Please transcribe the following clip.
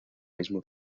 mismo